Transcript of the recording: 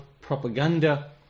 propaganda